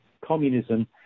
communism